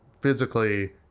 physically